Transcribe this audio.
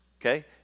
okay